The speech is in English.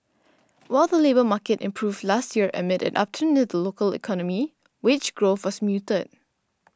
while the labour market improved last year amid an upturn in the local economy wage growth was muted